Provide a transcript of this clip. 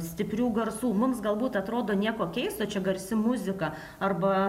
stiprių garsų mums galbūt atrodo nieko keisto čia garsi muzika arba